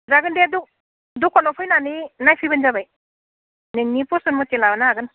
जागोन दे दखानाव फैनानै नायफैब्लानो जाबाय नोंनि पसन मथे लांनो हागोन